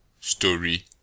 story